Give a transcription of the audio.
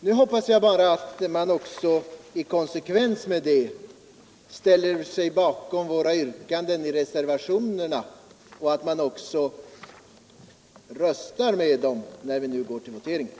Nu hopp man också i konsekvens med det ställer sig bakom våra yrkanden i ag bara att reservationerna och röstar med dem, när vi går till votering.